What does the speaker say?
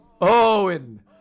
Owen